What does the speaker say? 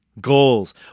Goals